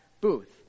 booth